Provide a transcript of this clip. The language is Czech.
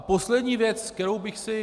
Poslední věc, kterou bych si...